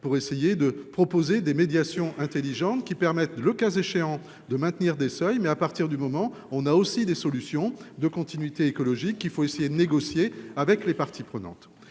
pour essayer de proposer des médiations intelligentes qui permettent, le cas échéant de maintenir des seuils, mais à partir du moment on a aussi des solutions de continuité écologique, il faut essayer de négocier avec les parties prenantes